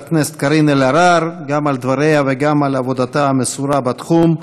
הכנסת קארין אלהרר גם על דבריה וגם על עבודתה המסורה בתחום.